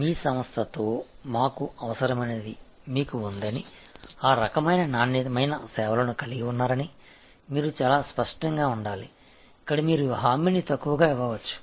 మీ సంస్థతో మాకు అవసరమైనది మీకు ఉందని ఆ రకమైన నాణ్యమైన సేవలను కలిగి ఉన్నారని మీరు చాలా స్పష్టంగా ఉండాలి ఇక్కడ మీరు హామీని తక్కువగా ఇవ్వవచ్చు